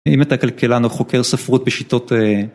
אם אתה כלכלן או חוקר ספרות בשיטות...